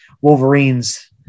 Wolverines